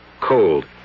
Cold